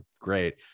great